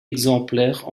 exemplaires